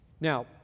Now